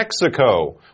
Mexico